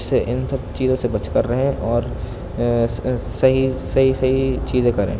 تو اس سے ان سب چیزوں سے بچ کر رہے اور صحیح صحیح چیزیں کریں